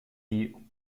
die